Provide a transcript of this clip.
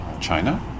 China